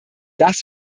das